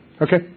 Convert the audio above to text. Okay